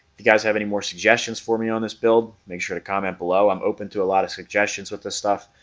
you guys have any more suggestions for me on this build make sure to comment below i'm open to a lot of suggestions with this stuff.